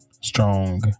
strong